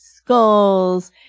skulls